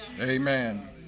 amen